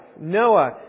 Noah